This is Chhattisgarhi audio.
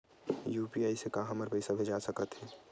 यू.पी.आई से का हमर पईसा भेजा सकत हे?